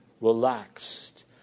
relaxed